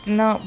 no